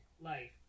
life